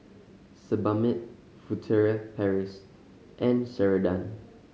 Sebamed Furtere Paris and Ceradan